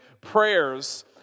prayers